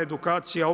Edukacija